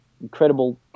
incredible